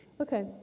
Okay